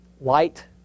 light